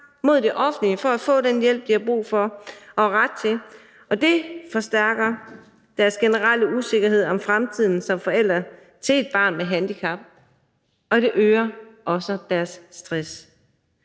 mod det offentlige, før de kan få den hjælp, de har brug for og ret til, og det forstærker deres generelle usikkerhed om fremtiden som forældre til et barn med handicap, og det øger også deres stress.